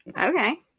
Okay